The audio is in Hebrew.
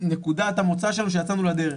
נקודת המוצא שלנו כשיצאנו לדרך,